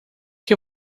que